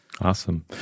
Awesome